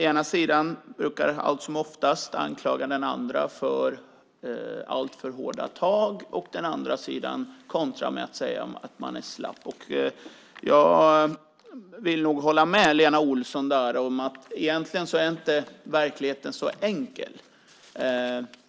Ena sidan brukar anklaga den andra för alltför hårda tag, medan den andra sidan kontrar med att anklaga för slapphet. Jag vill nog hålla med Lena Olsson om att verkligheten inte är så enkel.